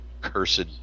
cursed